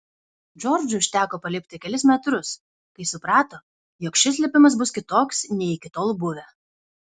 džordžui užteko palipti kelis metrus kai suprato jog šis lipimas bus kitoks nei iki tol buvę